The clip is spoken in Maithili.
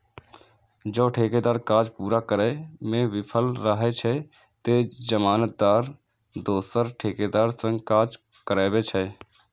जौं ठेकेदार काज पूरा करै मे विफल रहै छै, ते जमानतदार दोसर ठेकेदार सं काज कराबै छै